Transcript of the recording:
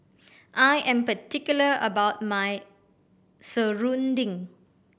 I am particular about my serunding